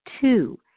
Two